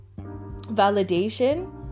validation